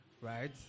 right